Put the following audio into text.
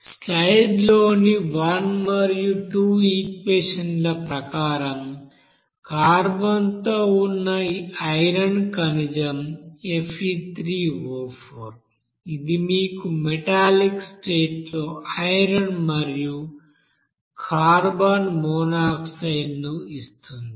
స్లైడ్లోని 1 మరియు 2 ఈక్వెషన్ ల ప్రకారం కార్బన్తో ఉన్న ఈ ఐరన్ ఖనిజం Fe3O4 ఇది మీకు మెటాలిక్ స్టేట్ లో ఐరన్ మరియు కార్బన్ మోనాక్సైడ్ను ఇస్తుంది